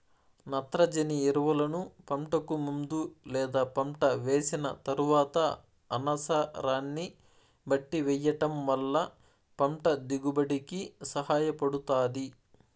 నత్రజని ఎరువులను పంటకు ముందు లేదా పంట వేసిన తరువాత అనసరాన్ని బట్టి వెయ్యటం వల్ల పంట దిగుబడి కి సహాయపడుతాది